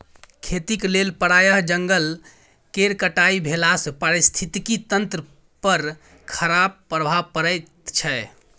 खेतीक लेल प्राय जंगल केर कटाई भेलासँ पारिस्थितिकी तंत्र पर खराप प्रभाव पड़ैत छै